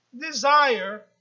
desire